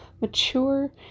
mature